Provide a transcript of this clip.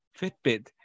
Fitbit